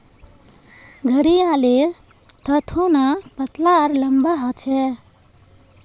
घड़ियालेर थथोना पतला आर लंबा ह छे